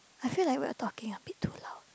I feel like we are talking a bit too loud